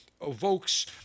evokes